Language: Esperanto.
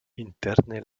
interne